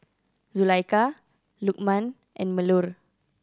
Zulaikha Lukman and Melur